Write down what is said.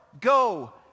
go